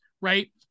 right